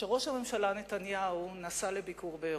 שראש הממשלה נתניהו נסע לביקור באירופה.